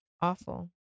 Awful